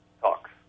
talks